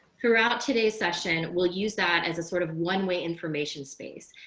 throughout today's session, we'll use that as a sort of one way information space.